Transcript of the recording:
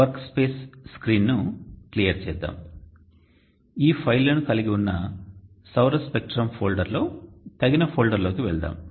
workspace స్క్రీన్ను clear చేద్దాం ఈ ఫైళ్ళను కలిగి ఉన్న సౌర స్పెక్ట్రం ఫోల్డర్లో తగిన ఫోల్డర్లోకి వెళ్దాం